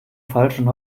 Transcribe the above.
falschen